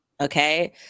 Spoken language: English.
Okay